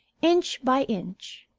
inch by inch.